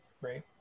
Right